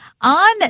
on